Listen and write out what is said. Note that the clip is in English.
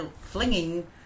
flinging